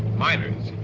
miners.